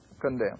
condemn